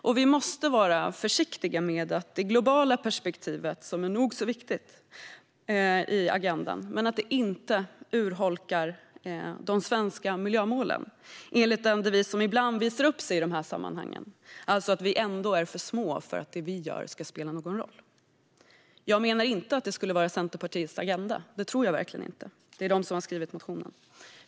Och vi måste vara försiktiga så att det globala perspektivet i agendan, som är nog så viktigt, inte urholkar de svenska miljömålen enligt den devis som ibland visar upp sig i dessa sammanhang: att vi ändå är för små för att det vi gör ska spela någon roll. Jag menar inte att det skulle vara Centerpartiets agenda - det tror jag verkligen inte. Det är Centerpartiet som har skrivit motionen.